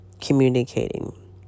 communicating